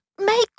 make